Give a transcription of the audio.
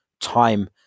time